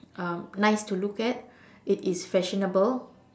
um nice to look at it is fashionable